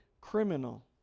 criminal